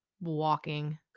Walking